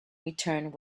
returned